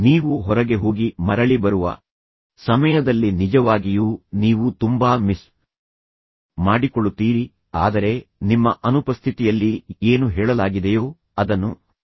ನೀವು ಹೊರಗೆ ಹೋಗಿ ಮರಳಿ ಬರುವ ಸಮಯದಲ್ಲಿ ನಿಜವಾಗಿಯೂ ನೀವು ತುಂಬಾ ಮಿಸ್ ಮಾಡಿಕೊಳ್ಳುತ್ತೀರಿ ಆದರೆ ನಿಮ್ಮ ಅನುಪಸ್ಥಿತಿಯಲ್ಲಿ ಏನು ಹೇಳಲಾಗಿದೆಯೋ ಅದನ್ನು ಅನುಸರಿಸಲು ನಿಮಗೆ ಸಾಧ್ಯವಾಗುವುದಿಲ್ಲ